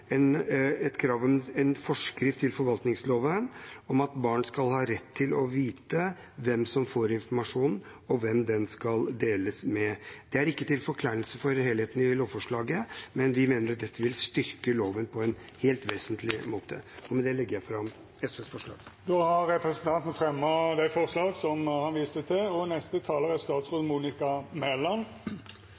at barn skal ha rett til å vite hvem som får informasjonen, og hvem den skal deles med. Det er ikke til forkleinelse for helheten i lovforslaget, men vi mener at dette vil styrke loven på en helt vesentlig måte. Med det legger jeg fram SVs forslag. Då har representanten Petter Eide teke opp det forslaget han refererte til.